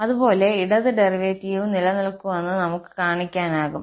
അതുപോലെ ഇടത് ഡെറിവേറ്റീവും നിലനിൽക്കുന്നുവെന്ന് നമുക്ക് കാണിക്കാനാകും